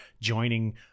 joining